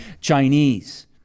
Chinese